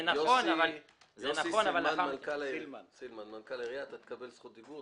יוסי סילמן, מנכ"ל העירייה, אתה תקבל זכות דיבור.